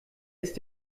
ist